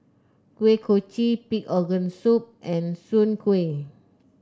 Kuih Kochi Pig Organ Soup and Soon Kueh